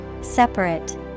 Separate